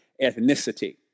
Ethnicity